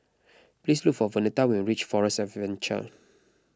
please look for Vernetta when you reach Forest Adventure